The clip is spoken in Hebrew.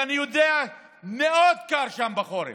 אני יודע שמאוד קר שם בחורף.